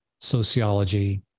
sociology